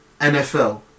NFL